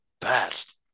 best